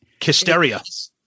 Kisteria